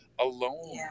alone